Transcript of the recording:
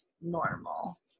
normal